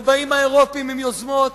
ובאים האירופים עם יוזמות